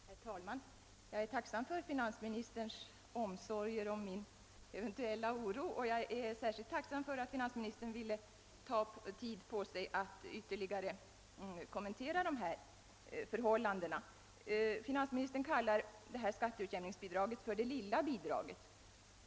Herr talman! Jag är tacksam för finansministerns omsorger om min eventuella oro, och jag är särskilt tacksam för att finansministern ville ge sig tid att ytterligare kommentera de i min fråga påtalade förhållandena. Finansministern kallar skatteutjämningsbidraget för det lilla bidraget.